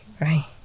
Right